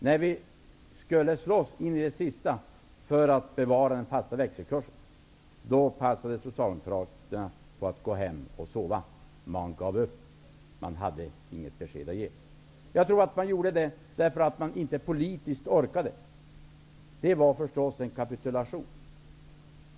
När vi skulle slåss in i det sista för att bevara den fasta växelkursen passade Socialdemokraterna på att gå hem och sova. Man gav upp Man hade inget besked att ge. Jag tror att man gjorde så för att man inte orkade politiskt. Det var förstås en kapitulation.